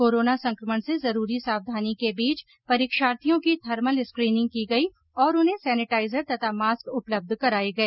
corona संक्रमण से जरूरी सावधानी के बीच परीक्षार्थियों की थर्मल स्क्रीनिंग की गई और उन्हें सैनेटाइजर तथा मास्क उपलब्ध कराए गए